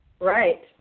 Right